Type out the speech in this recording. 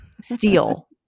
steel